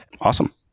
Awesome